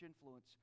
influence